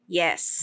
yes